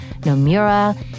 Nomura